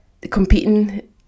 competing